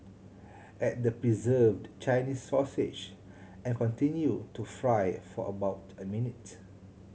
add the preserved Chinese sausage and continue to fry for about a minute